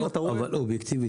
אובייקטיבית,